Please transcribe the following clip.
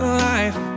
life